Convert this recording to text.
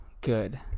good